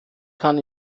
kann